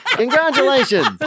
Congratulations